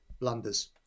blunders